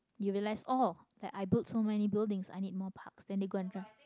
you realise oh like i build so many buildings i need more parks then they go and try